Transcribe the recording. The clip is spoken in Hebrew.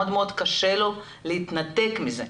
מאוד קשה לו להתנתק מזה,